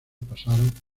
pasaron